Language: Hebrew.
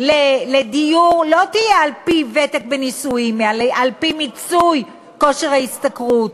לדיור לא תהיה על-פי ותק בנישואין אלא על-פי מיצוי כושר ההשתכרות.